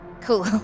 Cool